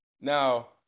Now